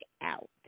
out